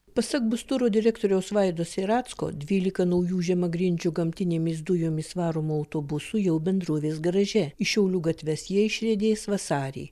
pasak busturo direktoriaus vaido seiracko dvylika naujų žemagrindžių gamtinėmis dujomis varomų autobusų jau bendrovės garaže į šiaulių gatves jie išriedės vasarį